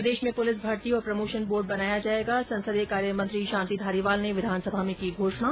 प्रदेश में पुलिस भर्ती और प्रमोशन बोर्ड बनाया जायेगा संसदीय कार्य मंत्री शांति धारीवाल ने विधानसभा में की घोषणा